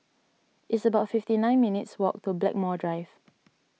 it's about fifty nine minutes' walk to Blackmore Drive